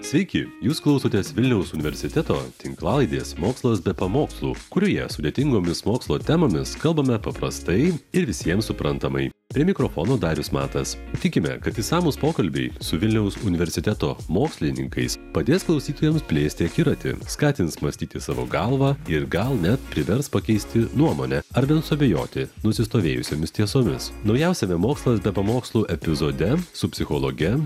sveiki jūs klausotės vilniaus universiteto tinklalaidės mokslas be pamokslų kurioje sudėtingomis mokslo temomis kalbame paprastai ir visiems suprantamai prie mikrofono darius matas tikime kad išsamūs pokalbiai su vilniaus universiteto mokslininkais padės klausytojams plėsti akiratį skatins mąstyti savo galva ir gal net privers pakeisti nuomonę ar bent suabejoti nusistovėjusiomis tiesomis naujausiame mokslas be pamokslų epizode su psichologe